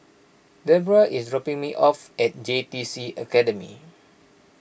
Deborah is dropping me off at J T C Academy